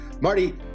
Marty